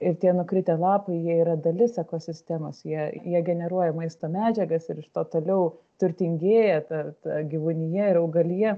ir tie nukritę lapai jie yra dalis ekosistemos jie jie generuoja maisto medžiagas ir iš to toliau turtingieja ta ta gyvūnija ir augalija